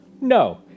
No